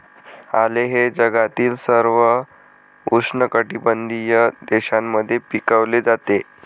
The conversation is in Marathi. आले हे जगातील सर्व उष्णकटिबंधीय देशांमध्ये पिकवले जाते